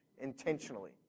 intentionally